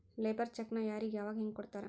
Labour ಚೆಕ್ಕ್ನ್ ಯಾರಿಗೆ ಯಾವಗ ಹೆಂಗ್ ಕೊಡ್ತಾರ?